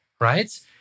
right